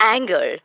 Anger